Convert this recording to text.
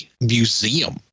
museum